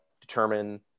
determine